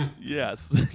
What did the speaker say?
Yes